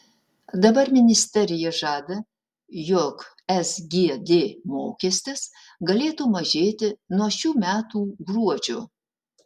dabar ministerija žada jog sgd mokestis galėtų mažėti nuo nuo šių metų gruodžio